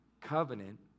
covenant